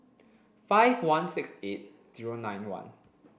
five one six eight zero nine one